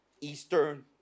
Eastern